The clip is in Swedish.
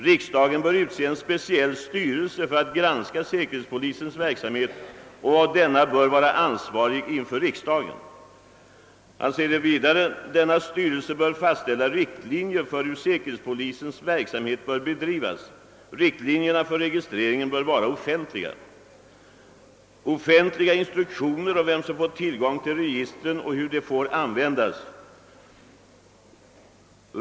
Riksdagen bör utse en speciell styrelse för att granska säkerhetspolisens verksamhet och denna bör vara ansvarig inför riksdagen. Han sade vidare att denna styrelse bör fastställa riktlinjer för hur säkerhetspolisens verksamhet bör bedrivas. Riktlinjerna för registreringen bör vara offentliga. Ett krav är att offentliga instruktioner om vem som får tillgång till registren och hur de får an vändas bör fastställas.